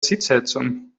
sitzheizung